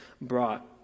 brought